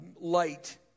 light